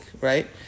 right